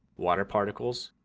water particles,